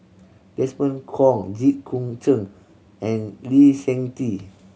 Desmond Kon Jit Koon Ch'ng and Lee Seng Tee